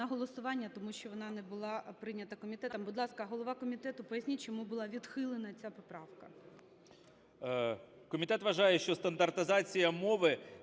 На голосування, тому що вона не була прийнята комітетом. Будь ласка, голова комітету, поясніть, чому була відхилена ця поправка.